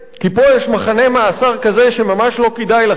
כי פה יש מחנה מאסר כזה שממש לא כדאי לכם,